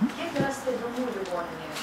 kiek yra stebimų ligoninėje